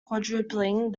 quadrupling